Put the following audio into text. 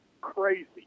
crazy